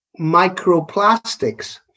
microplastics